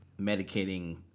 medicating